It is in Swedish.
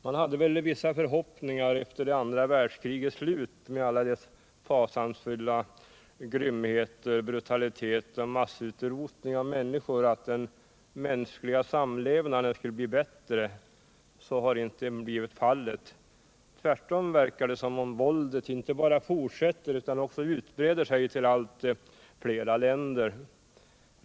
Man hade väl vissa förhoppningar, efter det andra världskrigets slut med alla dess fasansfulla grymheter, brutalitet och massutrotning av människor, om att den mänskliga samlevnaden skulle bli bättre. Så har inte blivit fallet. Tvärtom verkar det som om våldet inte bara fortsätter utan också utbreder sig till allt fler länder.